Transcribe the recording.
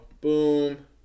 Boom